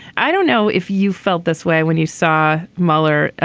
i don't know if you felt this way when you saw mueller.